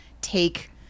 take